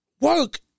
work